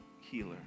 healer